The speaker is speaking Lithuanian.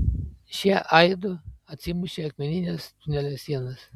šie aidu atsimušė į akmenines tunelio sienas